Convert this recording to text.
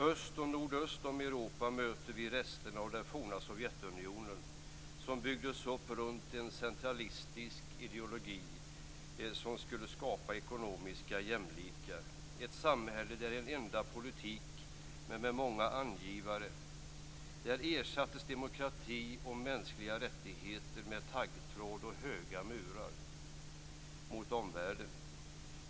Öst och nordöst om Europa möter vi resterna av det forna Sovjetunionen som byggdes upp runt en centralistisk ideologi som skulle skapa ekonomiska jämlikar. Det var ett samhälle med en enda politik men med många angivare. Där ersattes demokrati och mänskliga rättigheter med taggtråd och höga murar mot omvärlden.